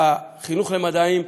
והחינוך למדעים,